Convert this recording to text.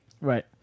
Right